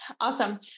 Awesome